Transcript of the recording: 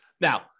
Now